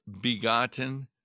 begotten